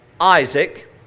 Isaac